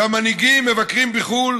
כשהמנהיגים מבקרים בחו"ל,